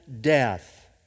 death